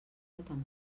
temporada